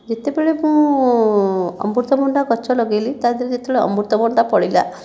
ଯେତେବେଳେ ମୁଁ ଅମୃତଭଣ୍ଡା ଗଛ ଲଗାଇଲି ତା' ଦେହରେ ଯେତେବେଳେ ଅମୃତଭଣ୍ଡା ଫଳିଲା